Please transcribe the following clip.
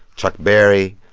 chuck berry,